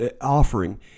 offering